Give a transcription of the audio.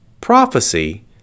prophecy